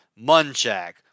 Munchak